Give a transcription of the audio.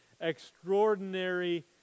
extraordinary